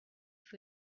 for